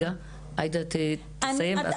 עאידה תסיים, ואז תתייחסי.